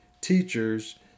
teachers